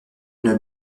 une